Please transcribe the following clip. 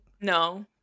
No